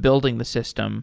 building the system.